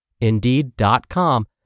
Indeed.com